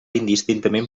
indistintament